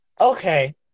Okay